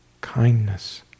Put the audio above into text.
kindness